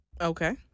Okay